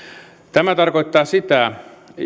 tämä tarkoittaa sitä